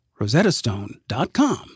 rosettastone.com